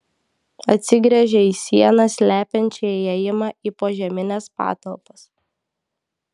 atsigręžė į sieną slepiančią įėjimą į požemines patalpas